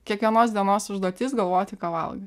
kiekvienos dienos užduotis galvoti ką valgai